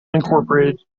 unincorporated